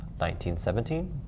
1917